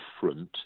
different